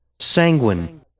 Sanguine